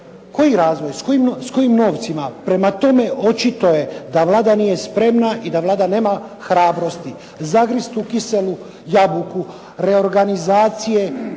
Koji razvoj? S kojim novcima? Prema tome, očito je da Vlada nije spremna i da Vlada nema hrabrosti zagristi u kiselu jabuku reorganizacije